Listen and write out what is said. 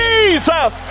Jesus